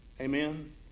Amen